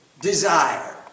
desire